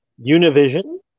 Univision